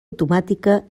automàtica